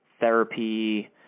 therapy